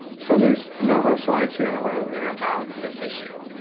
so there's a number of slides here in a row that are about this issue.